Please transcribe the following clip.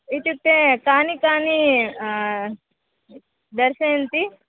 इत्युक्ते कानि कानि दर्शयन्ति